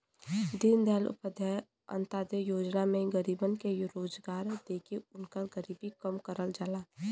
दीनदयाल उपाध्याय अंत्योदय योजना में गरीबन के रोजगार देके उनकर गरीबी कम करल जाला